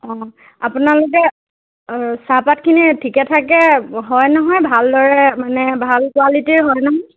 অ' আপোনালোকে চাহপাতখিনি ঠিকে ঠাকে হয় নহয় ভালদৰে মানে ভাল কুৱালিটিৰ হয় নহয়